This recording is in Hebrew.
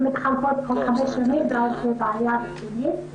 היועצות מתחלפות בכל חמש שנים וזו בעיה רצינית.